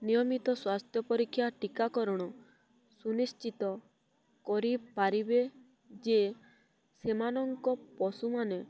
ନିୟମିତ ସ୍ୱାସ୍ଥ୍ୟ ପରୀକ୍ଷା ଟୀକାକରଣ ସୁନିଶ୍ଚିତ କରିପାରିବେ ଯେ ସେମାନଙ୍କ ପଶୁମାନେ